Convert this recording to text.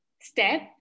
step